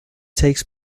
takes